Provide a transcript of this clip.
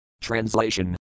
Translation